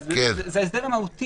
זה ההסדר המהותי.